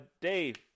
Dave